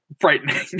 frightening